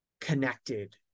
connected